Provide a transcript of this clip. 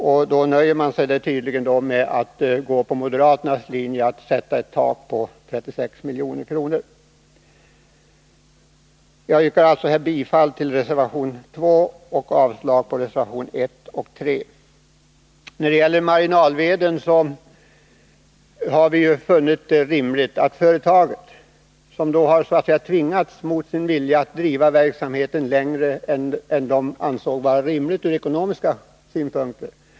Då nöjer man sig tydligen med att gå på moderaternas linje att sätta ett tak på 36,9 milj.kr. Jag yrkar bifall till reservation 2 och avslag på reservationerna 1 och 3. Företaget har mot sin vilja tvingats driva verksamheten längre än som ansågs rimligt från ekonomiska synpunkter.